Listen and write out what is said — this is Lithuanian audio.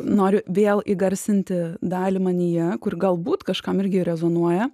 noriu vėl įgarsinti dalį manyje kur galbūt kažkam irgi rezonuoja